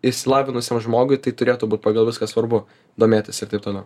išsilavinusiam žmogui tai turėtų būt pagal viską svarbu domėtis ir taip toliau